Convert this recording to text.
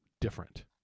different